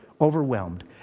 overwhelmed